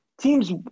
teams